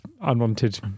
unwanted